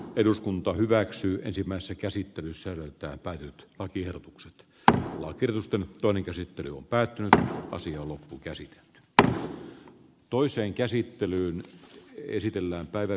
eduskunta hyväksyy ensimmäisessä käsittelyssä päädyt on tiedotuksen tähän on kertonut toinen siellä on päättynyt ja asia loppuunkäsite b toiseen käsittelyyn esitellään töissä